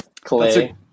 Clay